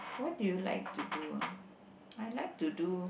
what do you like to do ah I like to do